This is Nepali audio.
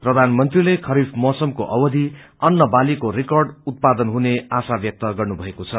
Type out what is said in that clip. प्रधानमंत्रीले खरीफ मौसमको अवधि अन्न बालीको रिर्काड उत्पादन हुने आशा व्यक्त गर्नुभएको छ